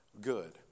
good